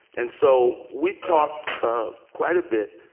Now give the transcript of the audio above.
and so we talked ah quite a bit.